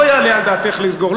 לא יעלה על דעתך לסגור.